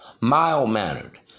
mild-mannered